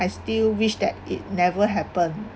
I still wish that it never happened